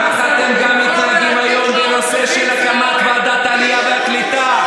ככה אתם גם מתנהגים היום בנושא של הקמת ועדת עלייה וקליטה,